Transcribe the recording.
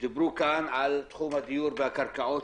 דברו על תחום הדיור והקרקעות,